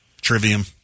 Trivium